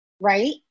right